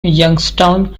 youngstown